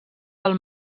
del